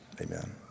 amen